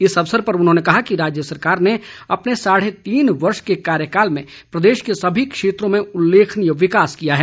इस अवसर पर उन्होंने कहा कि राज्य सरकार ने अपने के साढ़े तीन वर्ष के कार्यकाल में प्रदेश के सभी क्षेत्रों में उल्लेखनीय विकास किया है